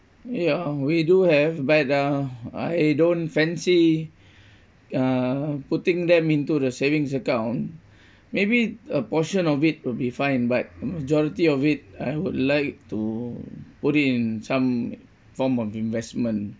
ya we do have but uh I don't fancy uh putting them into the savings account maybe a portion of it will be fine but majority of it I would like to put it in some form of investment